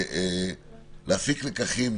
להפיק לקחים,